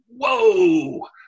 whoa